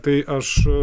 tai aš